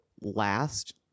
last